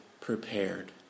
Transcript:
prepared